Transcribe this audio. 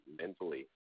mentally